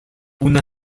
una